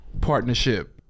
partnership